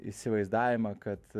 įsivaizdavimą kad